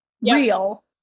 real